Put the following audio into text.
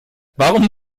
warum